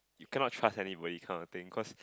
you cannot trust anybody kind of thing cause